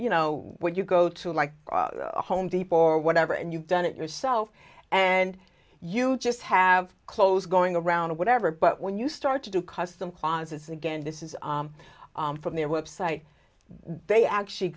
you know when you go to like home depot or whatever and you've done it yourself and you just have clothes going around or whatever but when you start to do custom closets again this is from their website they actually